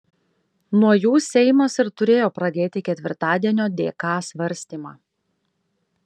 nuo jų seimas ir turėjo pradėti ketvirtadienio dk svarstymą